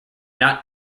not